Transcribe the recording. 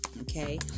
okay